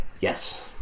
Yes